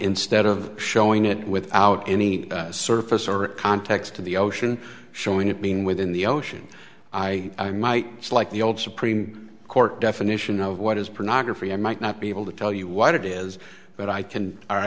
instead of showing it without any surface or context of the ocean showing it being within the ocean i might just like the old supreme court definition of what is progress might not be able to tell you what it is but i can